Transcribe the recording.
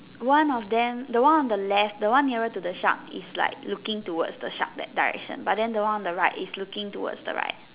one of them the one on the left the one nearer to the shark is like looking towards the shark that direction but then the one on the right is looking towards the right